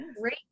great